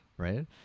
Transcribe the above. Right